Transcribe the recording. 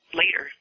later